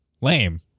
lame